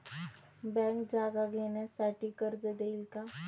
Bank जागा घेण्यासाठी कर्ज देईल का?